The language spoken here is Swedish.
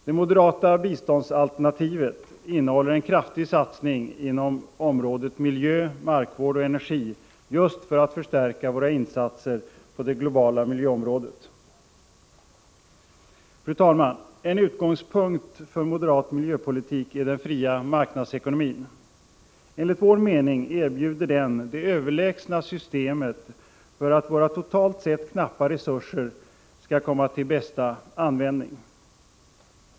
Detmoderata biståndsalternativet innehåller en kraftig satsning inom området ”miljö, markvård och energi” just för att förstärka våra insatser på det globala miljöområdet. Fru talman! En utgångspunkt för moderat miljöpolitik är den fria marknadsekonomin. Enligt vår mening erbjuder den det överlägsna systemet för att våra totalt sett knappa resurser skall komma till bästa användning.